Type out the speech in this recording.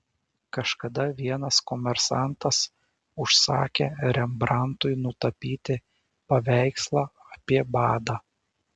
kažkada vienas komersantas užsakė rembrandtui nutapyti paveikslą apie badą